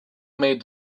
made